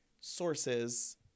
sources